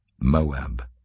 Moab